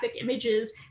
images